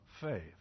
faith